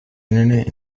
internet